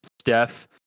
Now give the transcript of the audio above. Steph